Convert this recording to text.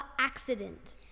accident